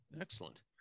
Excellent